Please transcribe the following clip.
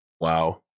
Wow